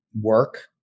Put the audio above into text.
work